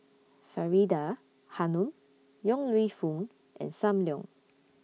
Faridah Hanum Yong Lew Foong and SAM Leong